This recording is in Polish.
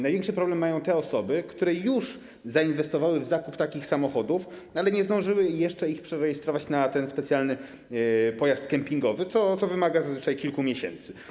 Największy problem mają te osoby, które już zainwestowały w zakup takich samochodów, ale nie zdążyły jeszcze ich przerejestrować na ten specjalny pojazd kampingowy, co wymaga zazwyczaj kilku miesięcy.